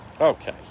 okay